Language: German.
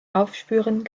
aufspüren